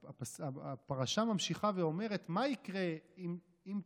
הפרשה ממשיכה ואומרת מה יקרה אם תשמעון.